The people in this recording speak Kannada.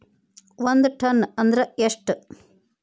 ಒಂದ್ ಟನ್ ಅಂದ್ರ ಎಷ್ಟ?